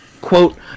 Quote